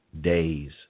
days